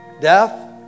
death